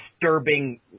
disturbing